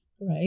right